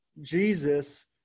Jesus